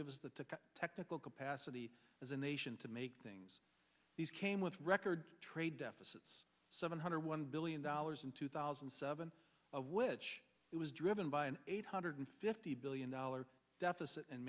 give us the technical capacity as a nation to make things these came with record trade deficits seven hundred one billion dollars in two thousand and seven which it was driven by an eight hundred fifty billion dollars deficit and